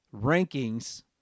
rankings